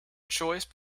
choice